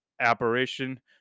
Apparition